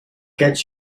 get